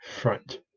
front